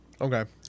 Okay